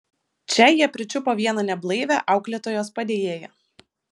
čia jie pričiupo vieną neblaivią auklėtojos padėjėją